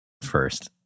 First